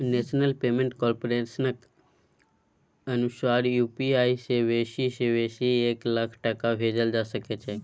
national payment कारपोरेशनक अनुसार UPI सँ बेसी सँ बेसी एक लाख टका भेजल जा सकै छै